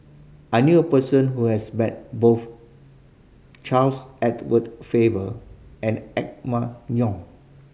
I knew a person who has met both Charles Edward Faber and Emma Yong